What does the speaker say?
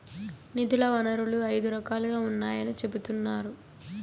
నిధుల వనరులు ఐదు రకాలుగా ఉన్నాయని చెబుతున్నారు